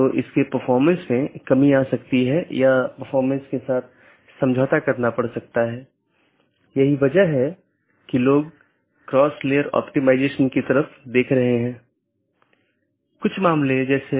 तो इसके लिए कुछ आंतरिक मार्ग प्रोटोकॉल होना चाहिए जो ऑटॉनमस सिस्टम के भीतर इस बात का ध्यान रखेगा और एक बाहरी प्रोटोकॉल होना चाहिए जो इन चीजों के पार जाता है